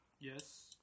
Yes